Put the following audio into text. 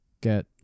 get